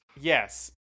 Yes